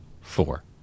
four